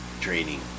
training